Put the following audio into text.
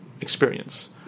experience